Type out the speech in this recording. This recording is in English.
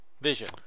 Vision